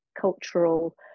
cultural